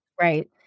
Right